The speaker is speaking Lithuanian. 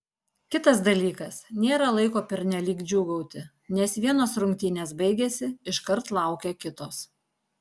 kitas dalykas nėra laiko pernelyg džiūgauti nes vienos rungtynės baigėsi iškart laukia kitos